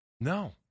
No